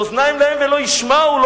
לאוזניים להם ולא ישמעו,